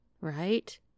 Right